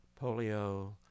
polio